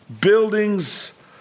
buildings